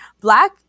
Black